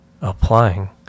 applying